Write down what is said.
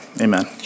Amen